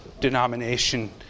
denomination